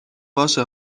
باشه